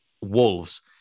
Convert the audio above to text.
Wolves